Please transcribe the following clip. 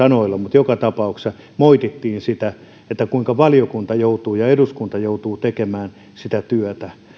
joka tapauksessa moitittiin sitä kuinka valiokunta ja eduskunta joutuu tekemään sitä työtä